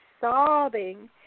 sobbing